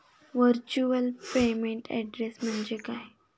Virtual payment address म्हणजे काय?